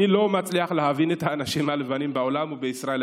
אני לא מצליח להבין את האנשים הלבנים בעולם ובישראל.